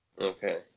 Okay